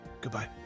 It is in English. goodbye